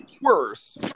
worse